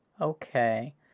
Okay